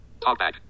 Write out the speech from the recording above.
Talkback